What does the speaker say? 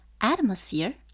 atmosphere